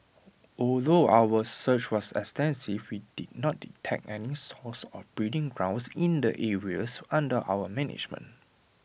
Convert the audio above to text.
although our search was extensive we did not detect any source or breeding grounds in the areas under our management